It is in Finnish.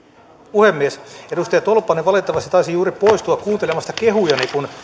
puhemies edustaja tolppanen valitettavasti taisi juuri poistua kuuntelemasta kehujani sillä